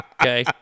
okay